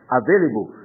available